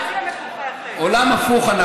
עולם הפוך.